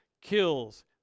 kills